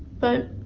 but,